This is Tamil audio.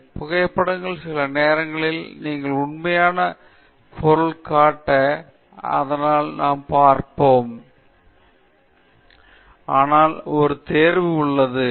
எனவே இதேபோல் புகைப்படங்கள் மற்றும் வரைதல் புகைப்படங்கள் சில நேரங்களில் நீங்கள் உண்மையான பொருள் காட்ட அதனால் நாம் அதை பார்ப்போம் ஆனால் ஒரு தேர்வு உள்ளது